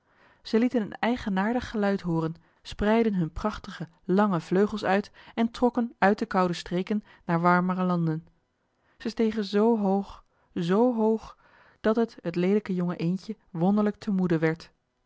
zij lieten een eigenaardig geluid hooren spreidden hun prachtige lange vleugels uit en trokken uit de koude streken naar warmere landen zij stegen zoo hoog zoo hoog dat het het leelijke jonge eendje wonderlijk te moede werd